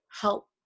help